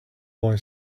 boy